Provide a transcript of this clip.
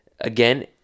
again